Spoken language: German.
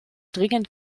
dringend